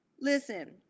listen